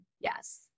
Yes